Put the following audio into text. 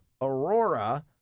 Aurora